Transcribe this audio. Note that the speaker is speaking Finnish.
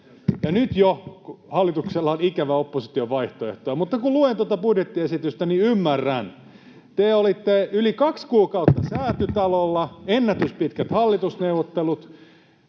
nyt jo hallituksella on ikävä opposition vaihtoehtoa. Mutta kun luen tuota budjettiesitystä, niin ymmärrän. Te olitte yli kaksi kuukautta Säätytalolla, ennätyspitkät hallitusneuvottelut,